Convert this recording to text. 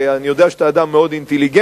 כי אני יודע שאתה אדם מאוד אינטליגנטי,